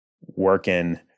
working